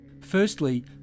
Firstly